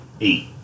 eight